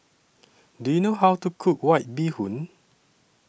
Do YOU know How to Cook White Bee Hoon